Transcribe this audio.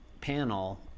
panel